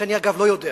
שאני אגב לא יודע